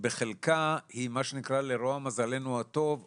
מה זה הטפסים האלה?